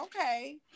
Okay